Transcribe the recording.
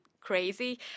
crazy